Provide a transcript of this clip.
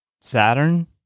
Saturn